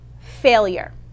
failure